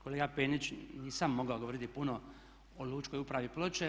Kolega Penić, nisam mogao govoriti puno o lučkoj upravi Ploče.